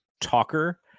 talker